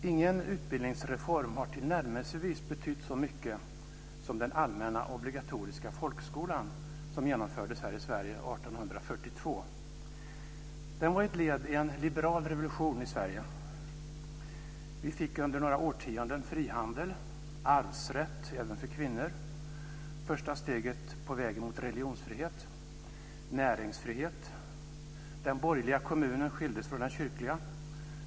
Ingen utbildningsreform har betytt tillnärmelsevis så mycket som den allmänna obligatoriska folkskolan, som genomfördes här i Sverige Vi fick under några årtionden frihandel, arvsrätt även för kvinnor, första steget på väg mot religionsfrihet och näringsfrihet. Den borgerliga kommunen skildes från den kyrkliga.